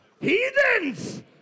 Heathens